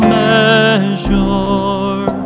measure